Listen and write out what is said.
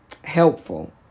helpful